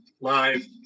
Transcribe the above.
live